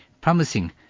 promising